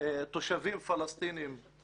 תושבים פלסטינים,